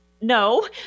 no